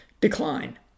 decline